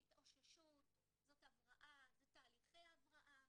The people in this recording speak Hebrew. זאת התאוששות, זאת הבראה, זה תהליכי הבראה.